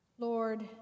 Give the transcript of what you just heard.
Lord